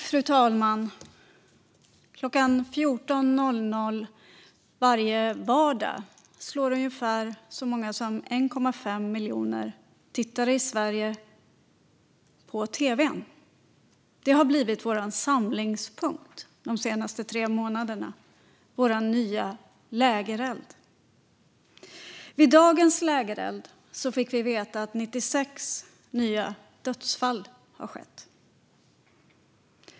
Fru talman! Klockan 14.00 varje vardag slår så många som 1,5 miljoner tittare i Sverige på tv:n. Det har blivit vår samlingspunkt under de senaste tre månaderna - vår nya lägereld. Vid dagens lägereld fick vi veta att 96 nya dödsfall har skett.